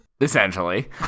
Essentially